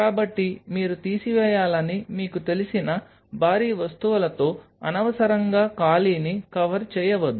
కాబట్టి మీరు తీసివేయాలని మీకు తెలిసిన భారీ వస్తువులతో అనవసరంగా ఖాళీని కవర్ చేయవద్దు